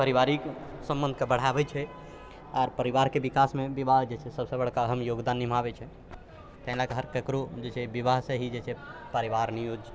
पारिवारिक सम्बन्धके बढ़ाबै छै आ परिवारके विकासमे विवाह जेछै सबसँ बड़का अहम योगदान निभाबै छै एना कि हर ककरो जेछै विवाहसँ हि जेछै परिवार नियो